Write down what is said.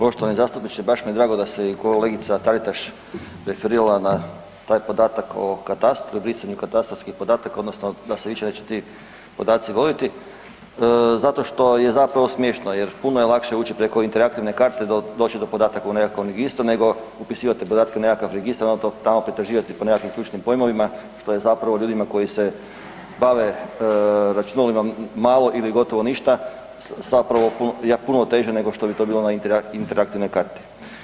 Poštovani zastupniče baš mi je drago da se i kolegica Taritaš referirala na taj podatak o katastru, brisanje katastarskih podataka odnosno da se više neće ti podaci voditi zato što je zapravo smiješno jer puno je lakše ući preko interaktivne karte i doći do podataka u … isto nego upisivati podatke u nekakav registar onda to tamo pretraživati po nekakvim ključnim pojmovima što je zapravo ljudima koji se bave računalima malo ili gotovo ništa puno teže nego što bi to bilo na interaktivnoj karti.